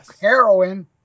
heroin